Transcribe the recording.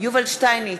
יובל שטייניץ,